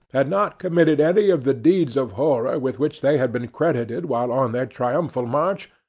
had not committed any of the deeds of horror with which they had been credited while on their triumphal march,